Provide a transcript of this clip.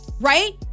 right